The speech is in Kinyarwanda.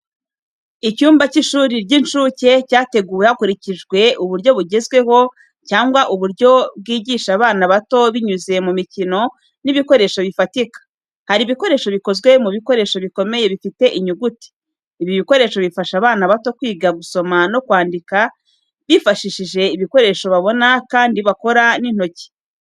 Icyumba cy'ishuri ry'incuke cyateguwe hakurikijwe uburyo bugezweho cyangwa uburyo bwigisha abana bato binyuze mu mikino n'ibikoresho bifatika. Hari ibikoresho bikozwe mu bikoresho bikomeye bifite inyuguti. Ibi bikoresho bifasha abana bato kwiga gusoma no kwandika bifashishije ibikoresho babona kandi bakora n'intoki.